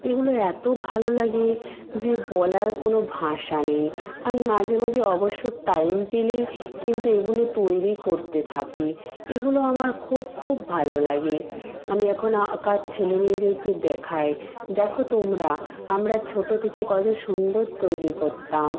এগুলো এত ভালো লাগে যে বলার কোনো ভাষা নেই আমি মাজে মাজে অবসর টাইম পেলেই কিন্তু এগুলো তৈরি করতে থাকি এগুলো আমার খুব খুব ভালো লাগে আমি এখন আঁকার ছেলে মেয়েদেরকে দেখাই দেখো তোমরা আমরা ছোটো থেকে কত সুন্দর তৈরি করতাম